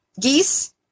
geese